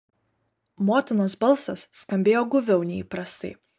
motinos balsas skambėjo guviau nei įprastai